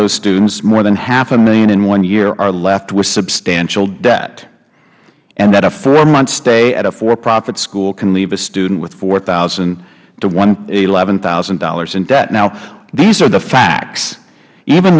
those students more than half a million in one year are left with substantial debt and that a four month stay at a for profit college can leave a student with four thousand dollars to eleven thousand dollars in debt now these are the facts even